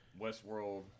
Westworld